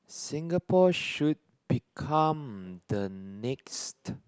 Singapore should become the next